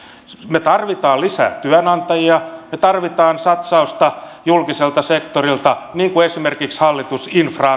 me tarvitsemme lisää työnantajia me tarvitsemme satsausta julkiselta sektorilta niin kuin esimerkiksi hallitus infraan